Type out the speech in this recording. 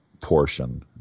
Portion